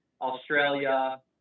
Australia